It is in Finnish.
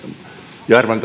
jarvan